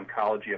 oncology